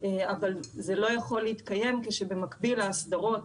אבל זה לא יכול להתקיים כשבמקביל ההסדרות,